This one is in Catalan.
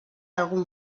algun